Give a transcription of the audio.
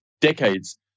decades